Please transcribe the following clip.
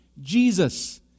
Jesus